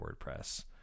WordPress